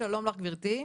שלום לך גברתי.